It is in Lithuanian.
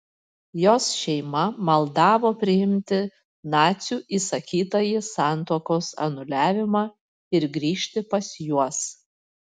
jos šeima maldavo priimti nacių įsakytąjį santuokos anuliavimą ir grįžti pas juos